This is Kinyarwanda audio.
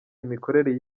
imikorere